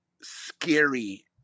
scary